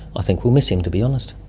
i think we'll miss him, to be honest.